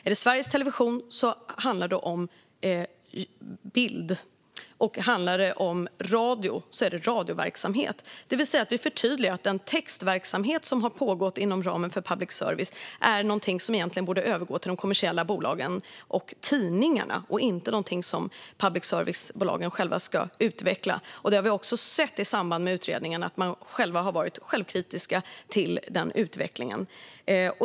Är det Sveriges Television handlar det om bild, och är det radio handlar det om radioverksamhet, det vill säga att vi förtydligar att den textverksamhet som har pågått inom ramen för public service egentligen borde övergå till de kommersiella bolagen och tidningarna och inte utvecklas av public service-bolagen själva. Det har vi också sett i samband med utredningen. Man har varit självkritisk när det gäller den utvecklingen.